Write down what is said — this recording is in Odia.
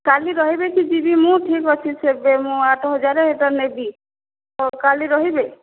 କାଲି ରହିବେ କି ଯିବି ମୁଁ ଠିକ୍ଅଛି ସେବେ ମୁଁ ଆଠ ହଜାରେ ଏଇଟା ନେବି ହଉ କାଲି ରହିବେ